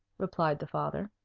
replied the father.